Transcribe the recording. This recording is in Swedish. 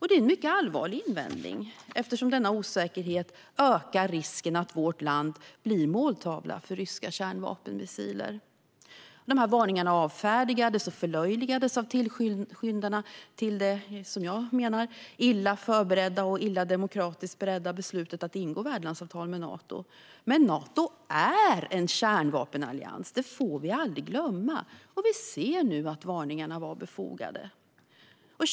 Det är en mycket allvarlig invändning, eftersom denna osäkerhet ökar risken att vårt land blir måltavla för ryska kärnvapenmissiler. Varningarna avfärdades och förlöjligades av tillskyndarna av det, enligt mig, illa förberedda och illa demokratiskt beredda beslutet att ingå värdlandsavtal med Nato. Men vi får aldrig glömma att Nato är en kärnvapenallians, och vi ser nu att varningarna var befogade.